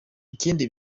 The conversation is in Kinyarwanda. ikindi